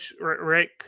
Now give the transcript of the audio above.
Rick